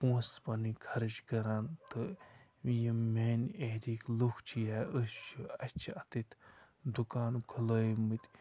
پونٛسہٕ پنٕنۍ خرٕچ کَران تہٕ یِم میٛانہِ ایرِہٕکۍ لُکھ چھِ یا أسۍ چھِ اَسہِ چھِ اَتٕتھۍ دُکان کھُلٲیمٕتۍ